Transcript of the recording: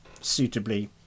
suitably